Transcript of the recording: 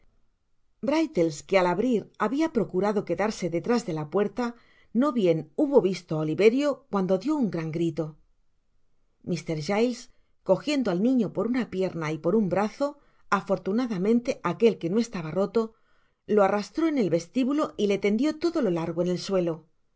brittles que al abrir habia procurado quedarse detrás de la puerta no bien hubo visto á oliverio cuando dió un gran grito mr giles cojiendo al niño por una pierna y por un brazo afortunadamente aquel que no estaba roto lo arrastró en el vestibulo y le tendió todo lo largo en el suelo